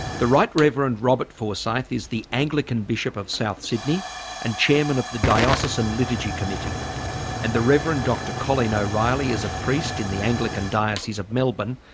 the right rev. robert forsyth is the anglican bishop of south sydney and chairman of the diocesan liturgy committee and the reverend dr colleen o'reilly is a priest in the anglican diocese of melbourne,